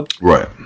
right